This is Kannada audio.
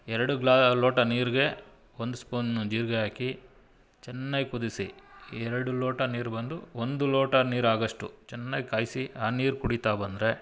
ಎರಡು ಗ್ಲಾ ಲೋಟ ನೀರಿಗೆ ಒಂದು ಸ್ಪೂನು ಜೀರಿಗೆ ಹಾಕಿ ಚೆನ್ನಾಗಿ ಕುದಿಸಿ ಎರಡು ಲೋಟ ನೀರು ಬಂದು ಒಂದು ಲೋಟ ನೀರು ಆಗೋಷ್ಟು ಚೆನ್ನಾಗಿ ಕಾಯಿಸಿ ಆ ನೀರು ಕುಡೀತಾ ಬಂದರೆ